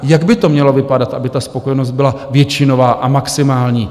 Jak by to mělo vypadat, aby ta spokojenost byla většinová a maximální?